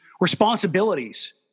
responsibilities